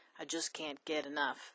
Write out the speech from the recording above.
I-just-can't-get-enough